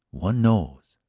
one knows.